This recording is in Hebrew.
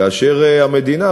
כאשר המדינה,